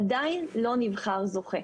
עדיין לא נבחר זוכה.